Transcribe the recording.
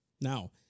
Now